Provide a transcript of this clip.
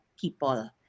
people